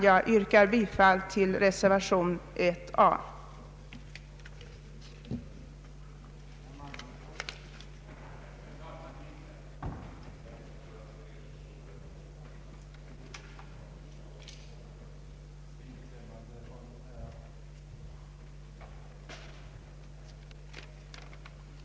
Jag ber att få yrka bifall till reservationen av herr Axel Andersson m.fl.